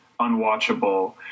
unwatchable